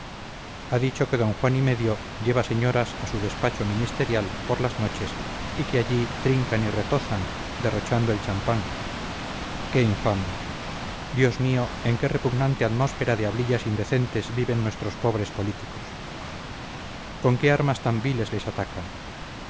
ha dicho que d juan y medio lleva señoras a su despacho ministerial por las noches y que allí trincan y retozan derrochando el champagne qué infamia dios mío en qué repugnante atmósfera de hablillas indecentes viven nuestros pobres políticos con qué armas tan viles les atacan